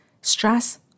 stress